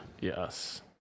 yes